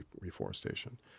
reforestation